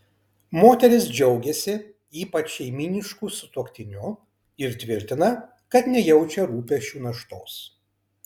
moteris džiaugiasi ypač šeimynišku sutuoktiniu ir tvirtina kad nejaučia rūpesčių naštos